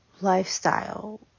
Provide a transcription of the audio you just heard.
lifestyle